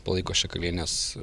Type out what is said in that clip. palaiko šakalienės